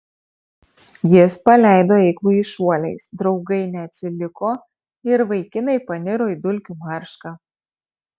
jis paleido eiklųjį šuoliais draugai neatsiliko ir vaikinai paniro į dulkių maršką